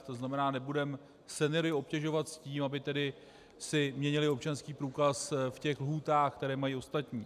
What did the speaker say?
To znamená, nebudeme seniory obtěžovat s tím, aby si měnili občanský průkaz v těch lhůtách, které mají ostatní.